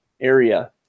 area